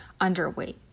underweight